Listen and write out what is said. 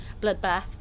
bloodbath